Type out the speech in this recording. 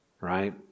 right